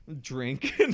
drink